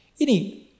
Ini